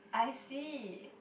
I see